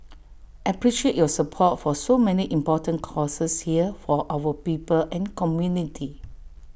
appreciate your support for so many important causes here for our people and community